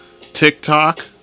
TikTok